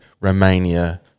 Romania